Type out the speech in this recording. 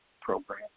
program